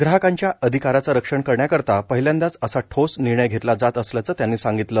ग्राहकांच्या आधिकारांचं रक्षण करण्याकरता पहिल्यांदाच असा ठोस निर्णय घेतला जात असल्याचं त्यांनी सांगितलं